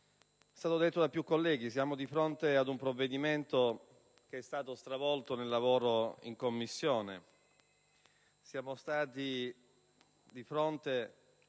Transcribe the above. è stato detto da più senatori che siamo di fronte ad un provvedimento stravolto dal lavoro in Commissione.